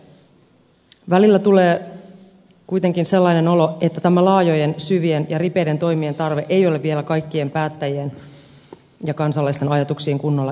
välillä tulee kuitenkin sellainen olo että tämä laajojen syvien ja ripeiden toimien tarve ei ole vielä kaikkien päättäjien ja kansalaisten ajatuksiin kunnolla iskostunut